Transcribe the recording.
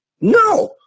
No